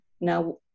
now